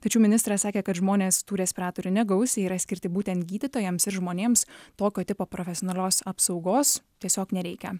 tačiau ministras sakė kad žmonės tų respiratorių negaus jie yra skirti būtent gydytojams ir žmonėms tokio tipo profesionalios apsaugos tiesiog nereikia